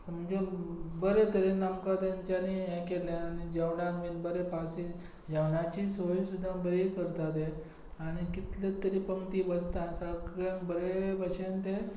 म्हणजे बरे तरेन आमकां तांच्यांनी हें केलें आनी जेवणाक बी बरे पासीस जेवणाचीय सोय सुद्दां बरी करता ते आनी कितले तरी पंक्ती बसता सगल्यांक बरे भशेन ते